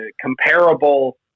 comparable